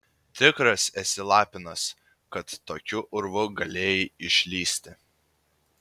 tikras esi lapinas kad tokiu urvu galėjai išlįsti